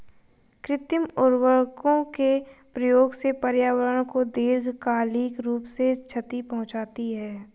कृत्रिम उर्वरकों के प्रयोग से पर्यावरण को दीर्घकालिक रूप से क्षति पहुंचती है